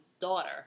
daughter